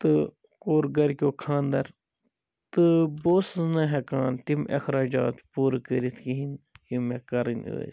تہٕ کوٚر گھرکیٚو خاندَر تہٕ بہٕ اوسُس نہٕ ہیٚکان تِم اخراجات پوٗرٕ کٔرِتھ کِہیٖنۍ یِم مےٚ کَرٕنۍ ٲسۍ